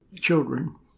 children